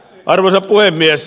arvoisa puhemies